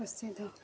ପ୍ରସିଦ୍ଧ